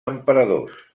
emperadors